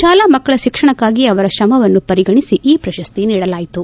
ಶಾಲಾ ಮಕ್ಕಳ ಶಿಕ್ಷಣಕ್ಕಾಗಿ ಅವರ ತ್ರಮವನ್ನು ಪರಿಗಣಿಸಿ ನೊಬಲ್ ಪ್ರಶಸ್ತಿ ನೀಡಲಾಯಿತು